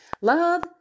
Love